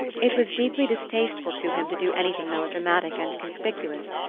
it was deeply distasteful to him to do anything melodramatic and conspicuous,